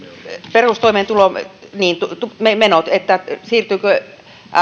perustoimeentulomenot niin menot eli siirtyykö